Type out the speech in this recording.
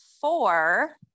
four